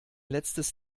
letztes